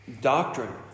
doctrine